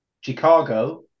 Chicago